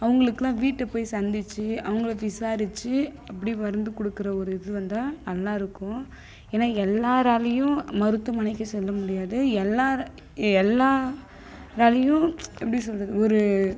அவங்களுக்குலாம் வீட்ல போய் சந்தித்து அவங்களை விசாரித்து அப்படி மருந்து கொடுக்குற ஒரு இது வந்தால் நல்லாயிருக்கும் ஏன்னால் எல்லாராலேயும் மருத்துவமனைக்கு செல்ல முடியாது எல்லாரு எல்லாராலேயும் எப்படி சொல்கிறது ஒரு